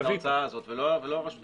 ההוצאה הזאת ולא הרשות המקומית.